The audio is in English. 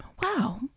wow